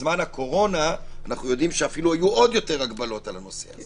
ובזמן הקורונה אנחנו יודעים שאפילו היו עוד יותר הגבלות על הנושא.